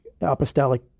Apostolic